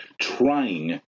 trying